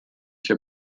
się